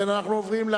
סעיפים 1